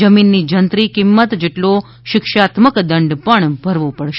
જમીનની જંત્રી કિંમત જેટલો શિક્ષાત્મક દંડ પણ ભરવો પડશે